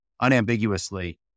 unambiguously